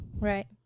Right